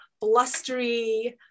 blustery